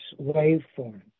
waveforms